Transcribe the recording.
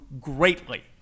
greatly